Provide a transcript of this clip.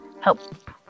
help